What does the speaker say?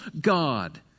God